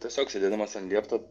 tiesiog sėdėdamas ant liepto